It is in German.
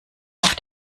auf